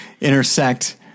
intersect